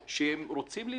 שהם רוצים להיבחן.